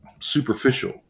superficial